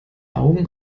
augen